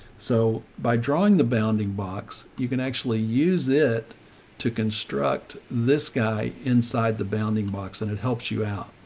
so by drawing the bounding box, you can actually use it to construct this guy inside the bounding box, and it helps you out.